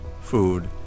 food